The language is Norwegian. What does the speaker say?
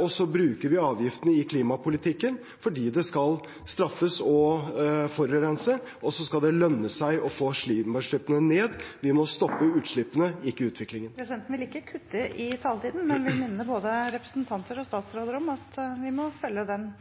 Og så bruker vi avgiftene i klimapolitikken fordi det skal straffe seg å forurense og lønne seg å få klimautslippene ned. Vi må stoppe utslippene, ikke utviklingen. Presidenten vil ikke kutte i taletiden, men vil minne både representanter og statsråder om å følge den